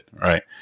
Right